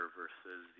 versus